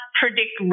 predict